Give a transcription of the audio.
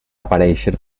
aparèixer